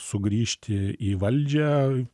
sugrįžti į valdžią